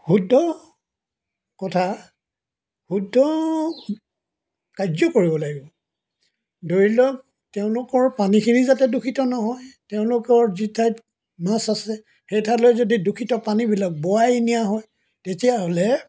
শুদ্ধ কথা শুদ্ধ কাৰ্য কৰিব লাগিব ধৰি লওক তেওঁলোকৰ পানীখিনি যাতে দূষিত নহয় তেওঁলোকৰ যিঠাইত মাছ আছে সেই ঠাইলৈ যদি পানীবিলাক বোৱাই নিয়া হয় তেতিয়াহ'লে